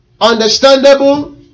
understandable